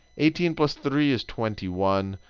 eighteen plus three is twenty one.